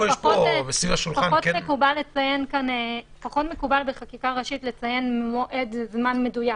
שתאפשר מספיק זמן ופחות מקובל בחקיקה ראשית לציין מועד וזמן מדויק,